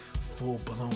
full-blown